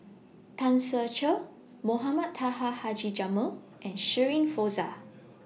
Tan Ser Cher Mohamed Taha Haji Jamil and Shirin Fozdar